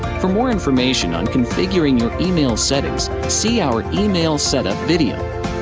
for more information on configuring your email settings, see our email setup video.